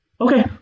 Okay